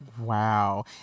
wow